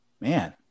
Man